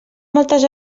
moltes